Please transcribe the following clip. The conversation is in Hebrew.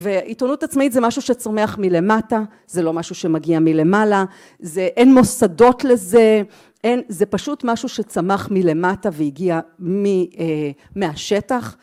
ועיתונות עצמאית זה משהו שצומח מלמטה, זה לא משהו שמגיע מלמעלה, זה... אין מוסדות לזה, זה פשוט משהו שצמח מלמטה והגיע מ... מהשטח.